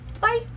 Bye